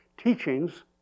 Teachings